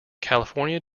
california